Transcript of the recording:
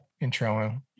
Intro